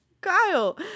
kyle